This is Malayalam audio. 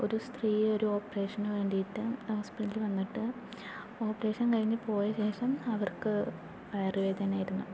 ഒരു സ്ത്രീയെ ഒരു ഓപ്പറേഷന് വേണ്ടിയിട്ട് ഹോസ്പിറ്റലില് വന്നിട്ട് ഓപ്പറേഷൻ കഴിഞ്ഞ് പോയ ശേഷം അവർക്ക് വയറുവേദനയായിരുന്നു